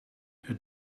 het